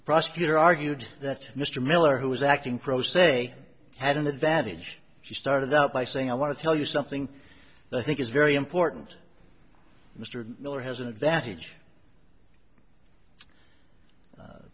the prosecutor argued that mr miller who was acting pro se had an advantage she started out by saying i want to tell you something that i think is very important mr miller has an advantage